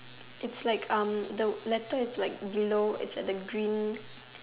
it's like erm the letter is like below it's at the green